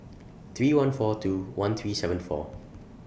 three one four two one three seven four